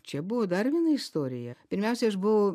čia buvo dar viena istorija pirmiausiai aš buvau